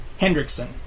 Hendrickson